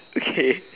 okay